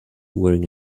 wearing